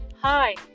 Hi